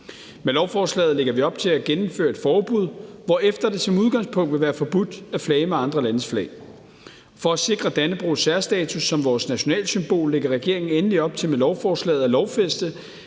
Med lovforslaget lægger vi op til at gennemføre et forbud, hvorefter det som udgangspunkt vil være forbudt at flage med andre landes flag. For at sikre Dannebrogs særstatus som vores nationalsymbol lægger regeringen endelig op til med lovforslaget at lovfæste,